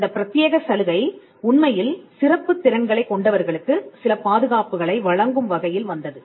இந்தப் பிரத்தியேக சலுகை உண்மையில் சிறப்புத் திறன்களைக் கொண்டவர்களுக்கு சில பாதுகாப்புகளை வழங்கும் வகையில் வந்தது